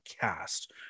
cast